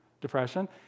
depression